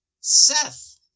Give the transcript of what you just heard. Seth